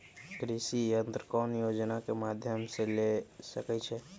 कृषि यंत्र कौन योजना के माध्यम से ले सकैछिए?